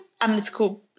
analytical